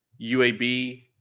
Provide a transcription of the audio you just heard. UAB